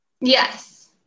yes